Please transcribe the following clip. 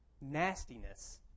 nastiness